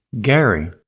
Gary